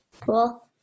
Cool